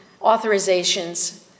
authorizations